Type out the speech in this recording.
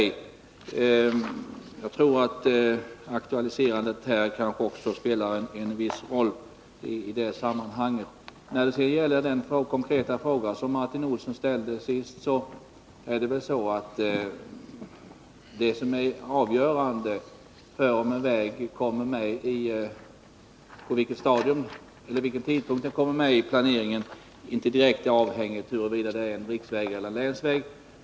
Jag tror att aktualiserandet av frågan här i riksdagen kan spela en viss roll i det sammanhanget. Frågan om vid vilken tidpunkt en väg kommer med i planeringen är inte direkt avhängig av om vägen är riksväg eller länsväg.